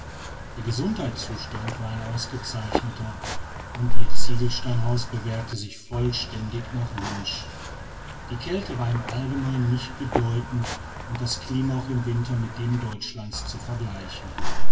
der gesundheitszustand war ein ausgezeichneter und ihr ziegelsteinhaus bewährte sich vollständig nach wunsch die kälte war im allgemeinen nicht bedeutend und das klima auch im winter mit dem deutschlands zu vergleichen